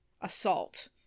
assault